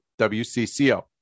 WCCO